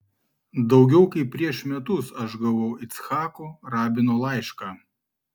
daugiau kaip prieš metus aš gavau icchako rabino laišką